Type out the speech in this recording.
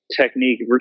technique